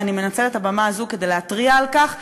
ואני מנצלת את הבמה הזאת כדי להתריע על כך,